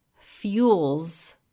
fuels